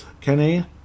Kenny